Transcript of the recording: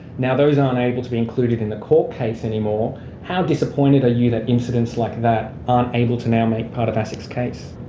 now, those aren't able to be included in the court case anymore. how disappointed are you that incidents like that aren't able to now make part of asic's case?